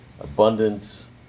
abundance